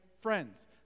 friends